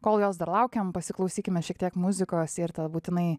kol jos dar laukiam pasiklausykime šiek tiek muzikos ir tada būtinai